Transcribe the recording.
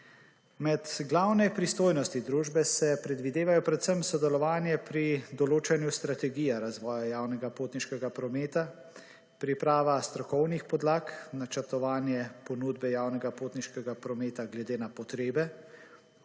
Med glavne pristojnosti družbe se predvidevajo predvsem sodelovanje pri določanju strategije razvoja javnega potniškega prometa, priprava strokovnih podlag, načrtovanje ponudbe javnega potniškega prometa glede na potrebe,